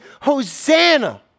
Hosanna